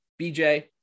BJ